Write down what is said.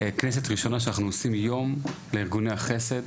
כנסת ראשונה שאנחנו עושים יום לארגוני החסד,